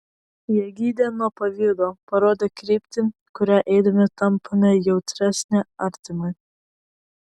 jie gydė nuo pavydo parodė kryptį kuria eidami tampame jautresni artimui